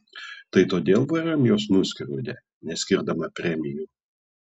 tai kodėl vrm juos nuskriaudė neskirdama premijų